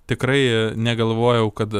tikrai negalvojau kad